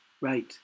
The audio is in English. right